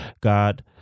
God